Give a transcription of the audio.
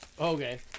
Okay